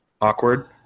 Awkward